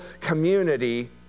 community